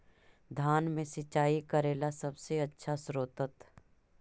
धान मे सिंचाई करे ला सबसे आछा स्त्रोत्र?